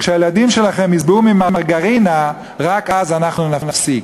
כשהילדים שלכם ישבעו ממרגרינה, רק אז אנחנו נפסיק.